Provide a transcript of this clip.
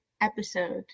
episode